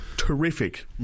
terrific